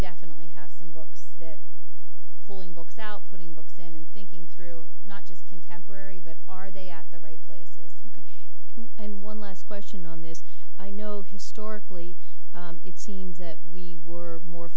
definitely have some books that are pulling books out putting books in and thinking through not just contemporary but are they at the ripe and one last question on this i know historically it seems that we were more